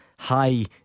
High